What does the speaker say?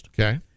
Okay